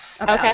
Okay